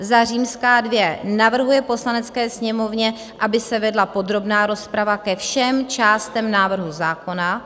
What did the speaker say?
II. navrhuje Poslanecké sněmovně, aby se vedla podrobná rozprava ke všem částem návrhu zákona;